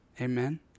Amen